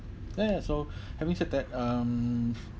ya ya so having said that um